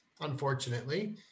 unfortunately